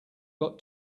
got